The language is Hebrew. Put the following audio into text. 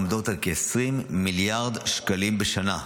עומדות על כ-20 מיליארד שקלים בשנה.